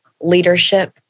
leadership